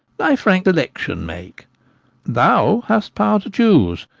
thy frank election make thou hast power to choose,